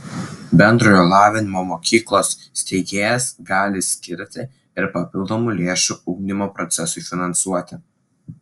bendrojo lavinimo mokyklos steigėjas gali skirti ir papildomų lėšų ugdymo procesui finansuoti